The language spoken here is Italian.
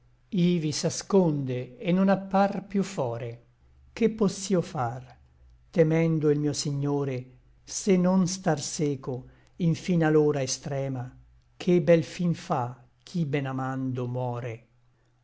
ivi s'asconde et non appar piú fore che poss'io far temendo il mio signore se non star seco infin a l'ora extrema ché bel fin fa chi ben amando more